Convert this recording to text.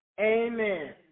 Amen